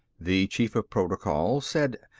the chief of protocol said,